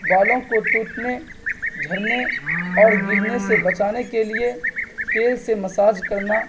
بالوں کو ٹوٹنے جھڑنے اور گرنے سے بچانے کے لیے تیل سے مساج کرنا